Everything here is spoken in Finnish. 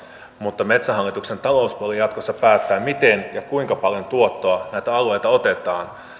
mutta metsähallituksen talouspuoli jatkossa päättää miten ja kuinka paljon tuottoa näiltä alueilta otetaan